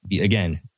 again